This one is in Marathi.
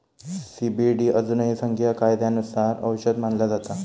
सी.बी.डी अजूनही संघीय कायद्यानुसार औषध मानला जाता